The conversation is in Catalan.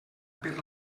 per